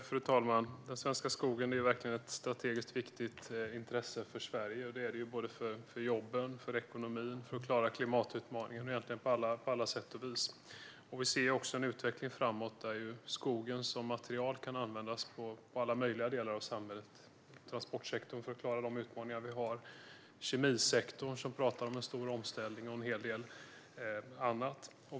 Fru talman! Den svenska skogen är verkligen ett strategiskt viktigt intresse för Sverige. Det är den för jobben, för ekonomin, för att klara klimatutmaningen och egentligen på alla sätt och vis. Vi ser också en utveckling framåt där skogen som material kan användas i alla möjliga delar av samhället - i transportsektorn för att klara de utmaningar vi har där, i kemisektorn som talar om en stor omställning och i andra delar.